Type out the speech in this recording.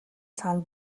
цаана